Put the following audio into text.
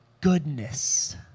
goodness